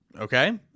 Okay